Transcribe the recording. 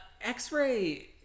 X-ray